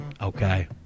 Okay